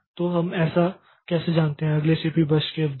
तो हम ऐसा कैसे जानते हैं अगले सीपीयू बर्स्ट की अवधि